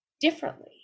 differently